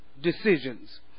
decisions